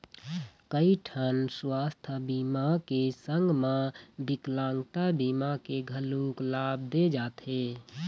कइठन सुवास्थ बीमा के संग म बिकलांगता बीमा के घलोक लाभ दे जाथे